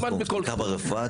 גם ברפואה אתה תמצא.